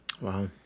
Wow